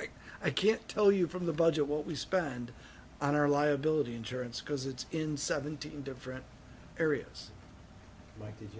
areas i can't tell you from the budget what we spend on our liability insurance because it's in seventeen different areas like that